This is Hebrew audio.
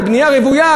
בבנייה רוויה,